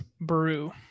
brew